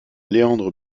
léandre